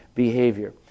behavior